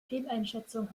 fehleinschätzung